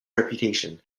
reputation